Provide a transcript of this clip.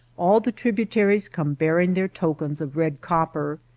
all the tributaries come bearing their tokens of red copper,